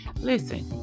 Listen